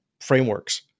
frameworks